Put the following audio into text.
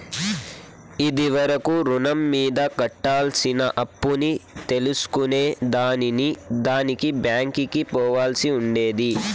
ఇది వరకు రుణం మీద కట్టాల్సిన అప్పుని తెల్సుకునే దానికి బ్యాంకికి పోవాల్సి ఉండేది